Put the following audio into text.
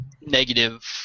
negative